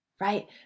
right